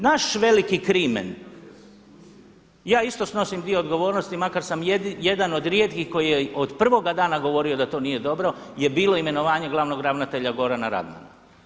Naš veliki krimen, ja isto snosim dio odgovornosti, makar sam jedan od rijetkih koji je od prvoga dana govorio da to nije dobro, je bilo imenovanje glavnog ravnatelja Gorana Radmana.